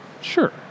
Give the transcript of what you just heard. Sure